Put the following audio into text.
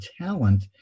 talent